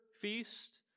feast